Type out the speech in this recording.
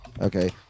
Okay